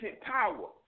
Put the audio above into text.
power